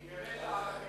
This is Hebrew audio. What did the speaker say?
היא מתכוונת לערבים.